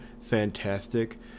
Fantastic